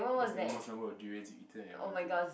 what's the most number of durians you've eaten at one go